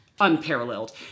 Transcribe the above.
unparalleled